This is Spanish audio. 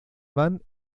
van